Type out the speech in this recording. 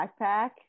backpack